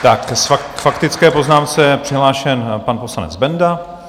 K faktické poznámce je přihlášen pan poslanec Benda.